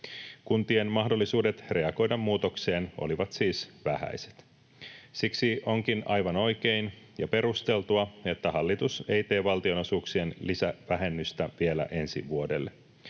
Kuntien mahdollisuudet reagoida muutokseen olivat siis vähäiset. Siksi onkin aivan oikein ja perusteltua, että hallitus ei tee valtionosuuksien lisävähennystä vielä ensi vuodelle.